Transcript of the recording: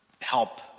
help